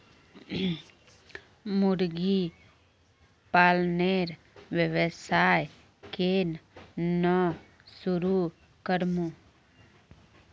मुर्गी पालनेर व्यवसाय केन न शुरु करमु